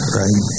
right